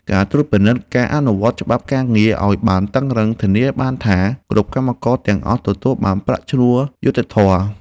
ការត្រួតពិនិត្យការអនុវត្តច្បាប់ការងារឱ្យបានតឹងរ៉ឹងធានាបានថា គ្រប់កម្មករទាំងអស់ទទួលបានប្រាក់ឈ្នួលយុត្តិធម៌។